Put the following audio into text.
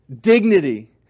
Dignity